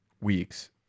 weeks